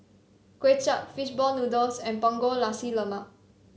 Kuay Chap fish ball noodles and Punggol Nasi Lemak